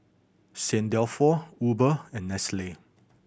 Saint Dalfour Uber and Nestle